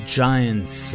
giants